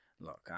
look